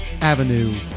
Avenue